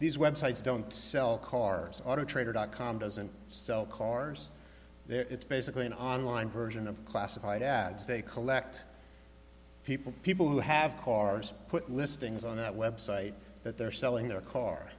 these websites don't sell cars auto trader dot com doesn't sell cars there it's basically an online version of classified ads they collect people people who have cars put listings on that website that they're selling their car